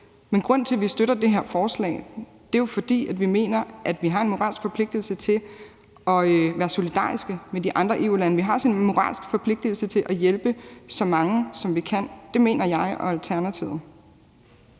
Men grunden til, at vi støtter det her forslag, er, at vi mener, at vi har en moralsk forpligtelse til at være solidariske med de andre EU-lande. Vi har simpelt hen en moralsk forpligtelse til at hjælpe så mange, som vi kan. Det mener jeg og Alternativet.